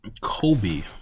Kobe